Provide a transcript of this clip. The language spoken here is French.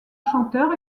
chanteur